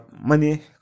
money